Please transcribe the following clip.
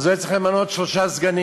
אז הוא היה צריך למנות שלושה סגנים.